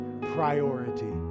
priority